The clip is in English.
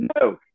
no